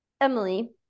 Emily